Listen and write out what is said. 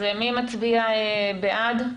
מי מצביע בעד?